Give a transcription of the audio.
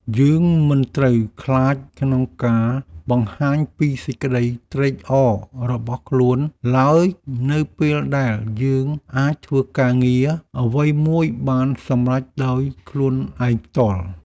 យើងមិនត្រូវខ្លាចក្នុងការបង្ហាញពីសេចក្ដីត្រេកអររបស់ខ្លួនឡើយនៅពេលដែលយើងអាចធ្វើការងារអ្វីមួយបានសម្រេចដោយខ្លួនឯងផ្ទាល់។